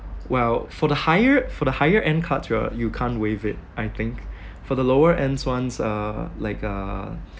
well for the higher for the higher end card uh you can't waive it I think for the lower ends one uh like uh